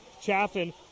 Chaffin